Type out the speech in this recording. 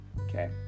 okay